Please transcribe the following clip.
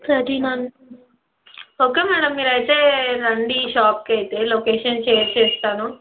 thirteen hundred okay madam మీరు అయితే రండి షాప్కి అయితే లొకేషన్ షేర్ చేస్తాను